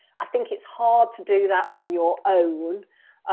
i think it's hard to do that on your own